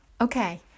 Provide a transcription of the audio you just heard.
Okay